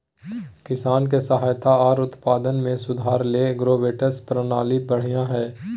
किसान के सहायता आर उत्पादन में सुधार ले एग्रीबोट्स प्रणाली बढ़िया हय